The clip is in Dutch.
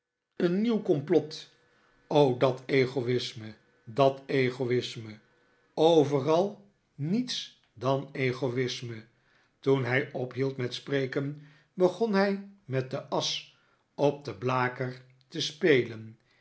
een nieuw complot o dat egoisme dat egoisme overal niets dan egoisme toen hij ophield met spreken begon hij met de asch op den blaker te spelen